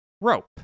rope